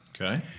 Okay